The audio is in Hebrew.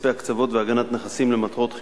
כספי הקצבות והגנת נכסים למטרות חינוך),